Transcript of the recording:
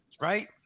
right